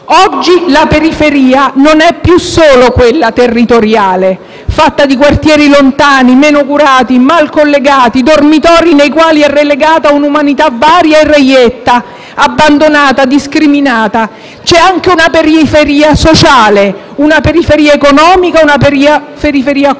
Oggi la periferia non è più solo quella territoriale, fatta di quartieri lontani, meno curati, mal collegati, dormitori nei quali è relegata un'umanità varia e reietta, abbandonata, discriminata. C'è anche una periferia sociale, una periferia economica, una periferia culturale;